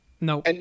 No